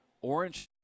Orange